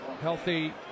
healthy